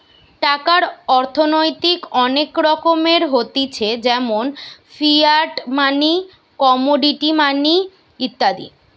টাকার অর্থনৈতিক অনেক রকমের হতিছে যেমন ফিয়াট মানি, কমোডিটি মানি ইত্যাদি